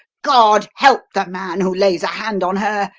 god help the man who lays a hand on her!